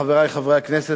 חברי חברי הכנסת,